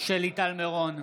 שלי טל מירון,